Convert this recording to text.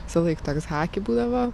visą laik toks haki būdavo